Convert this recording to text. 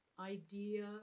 idea